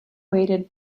waited